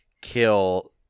kill